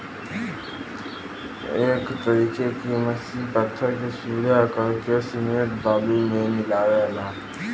एक तरीके की मसीन पत्थर के सूरा करके सिमेंट बालू मे मिलावला